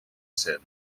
cent